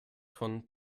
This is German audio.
von